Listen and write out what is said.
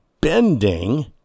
bending